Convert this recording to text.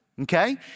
Okay